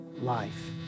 life